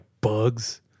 bugs